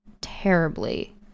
terribly